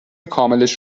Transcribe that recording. کاملش